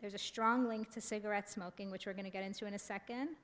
there's a strong link to cigarette smoking which you're going to get into in a second